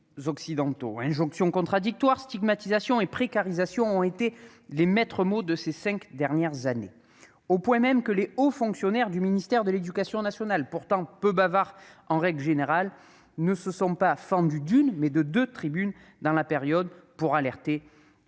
Injonctions contradictoires, stigmatisations et précarisation ont été les maîtres mots de ces cinq dernières années, au point même que les hauts fonctionnaires du ministère de l'éducation nationale, pourtant peu bavards en règle générale, se sont fendus non pas d'une, mais de deux tribunes publiques d'alerte.